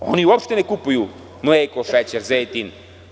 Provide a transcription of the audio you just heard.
Oni uopšte ne kupuju mleko, šećer, zejtin.